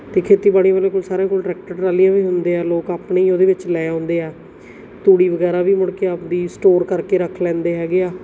ਅਤੇ ਖੇਤੀਬਾੜੀ ਵਾਲਿਆਂ ਕੋਲ ਸਾਰਿਆਂ ਕੋਲ ਟਰੈਕਟਰ ਟਰਾਲੀਆਂ ਵੀ ਹੁੰਦੇ ਆ ਲੋਕ ਆਪਣੇ ਹੀ ਉਹਦੇ ਵਿੱਚ ਲੈ ਆਉਂਦੇ ਆ ਤੂੜੀ ਵਗੈਰਾ ਵੀ ਮੁੜ ਕੇ ਆਪਣੀ ਸਟੋਰ ਕਰਕੇ ਰੱਖ ਲੈਂਦੇ ਹੈਗੇ ਆ